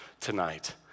tonight